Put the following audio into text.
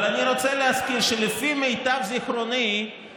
אבל אני רוצה להזכיר שלפי מיטב זיכרוני,